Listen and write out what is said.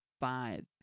five